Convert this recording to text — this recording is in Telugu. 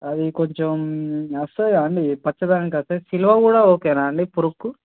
అది కొంచెం వస్తుంది కదండి పచ్చదనం కాస్త సిల్య కూడా ఓకేనా అండి పురుగుకు